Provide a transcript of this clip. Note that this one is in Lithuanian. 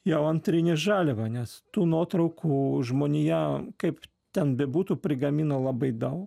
jau antrinė žaliava nes tų nuotraukų žmonija kaip ten bebūtų prigamino labai daug